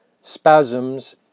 spasms